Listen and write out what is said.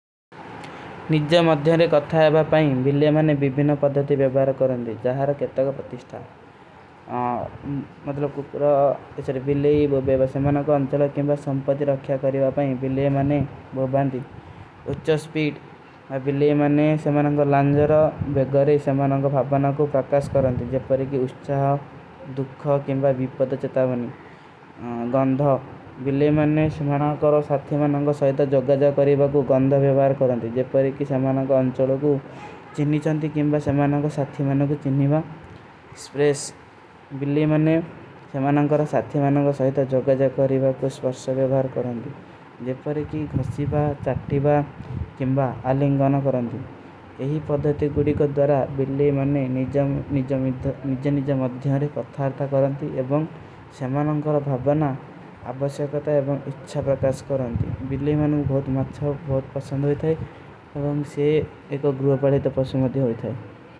ନିଜ୍ଜା ମଧ୍ଯମରେ କଥାଯା ବାପାଇଂ, ଵିଲେ ମନେ ଵିଵୀନ ପଦ୍ଧତି ଵେଵାର କରଂଦୀ, ଜାହର କେଟା କା ପତିଷ୍ଠା। ମତଲବ କୁପର ଵିଲେ, ଵେଵସେମନା କା ଅଂଚଲା କେଂବା ସଂପତି ରଖ୍ଯା କରୀବାପାଇଂ, ଵିଲେ ମନେ ବୋବାଂଦୀ। ଉଚ୍ଛା ସ୍ପୀଡ, ଵିଲେ ମନେ ସେମନା କା ଲାଂଜରା, ବେଗରେ ସେମନା କା ଭାପନା କୋ ପ୍ରକାସ କରଂଦୀ, ଜେପରେକୀ ଉଚ୍ଛା। ଦୁଖା, କେଂବା ଵିପଦଚତା ଵନୀ। ଗଂଧା, ଵିଲେ ମନେ ସେମନା କା ସାଥ୍ଯମାନା କା ସହୀତା ଜୋଗଜା କରୀବା କୋ ଗଂଧା ଵେଵାର କରଂଦୀ। ଜେପରେକୀ ସେମନା କା ଅଂଚଲା କୋ ଚିନନୀ ଚାନତୀ, କେଂବା ସେମନା କା ସାଥ୍ଯମାନା କୋ ଚିନନୀବା। ଗଂଧା, ଵିଲେ ମନେ ସେମନା। କା ସାଥ୍ଯମାନା କା ସହୀତା ଜୋଗଜା କରୀବା କୋ ସ୍ପସ୍ଟା ଵେଵାର କରଂଦୀ, ଜେପରେକୀ ଘଶୀବା, ଚାଟ୍ଟୀବା, କେଂବା ଆଲିଂଗାନା କରଂଦୀ। ଯହୀ ପଦ୍ଧାତି କୁଡୀ କୋ ଦୋରା ଵିଲେ ମନେ ନିଜା ନିଜା ମଦ୍ଧିଯାରୀ ପତ୍ଥାର୍ଥା କରଂଦୀ, ଏବଂଗ ସେ ଏକ ଗୁର୍ଵା ପରେତ ପର ସୁନ୍ଗତୀ ହୋ ଇତ୍ଥାଈ।